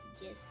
Yes